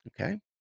Okay